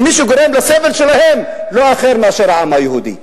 ומי שגורם לסבל שלהם, לא אחר מאשר העם היהודי.